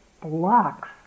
blocks